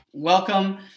Welcome